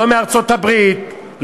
לא מארצות-הברית,